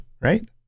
right